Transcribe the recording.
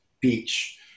beach